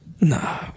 no